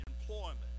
employment